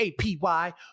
APY